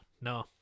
no